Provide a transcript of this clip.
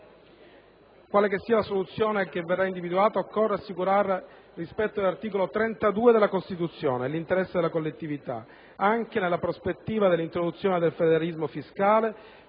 Quale che sia la soluzione che verrà individuata, occorre assicurare il rispetto dell'articolo 32 della Costituzione e l'interesse della collettività, anche nella prospettiva dell'introduzione del federalismo fiscale,